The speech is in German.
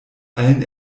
allen